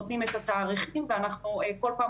נותנים את התאריכים ואנחנו כל פעם